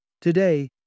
Today